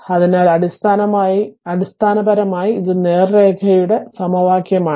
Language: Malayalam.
അതിനാൽ അടിസ്ഥാനപരമായി ഇത് നേർരേഖയുടെ സമവാക്യമാണ്